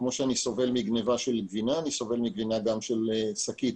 כפי שאני סובל מגניבה של גבינה אני סובל גם מגניבה של שקית.